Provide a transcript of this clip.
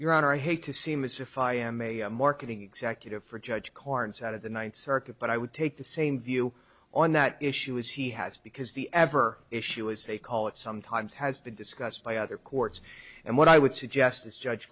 your honor i hate to seem as if i am a marketing executive for judge carnes out of the ninth circuit but i would take the same view on that issue as he has because the ever issue as they call it sometimes has been discussed by other courts and what i would suggest is judge